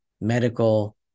medical